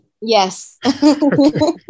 Yes